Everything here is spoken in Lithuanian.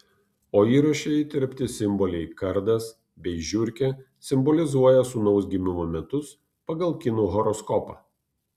o įraše įterpti simboliai kardas bei žiurkė simbolizuoja sūnaus gimimo metus pagal kinų horoskopą